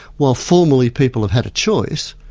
while formerly people have had a choice,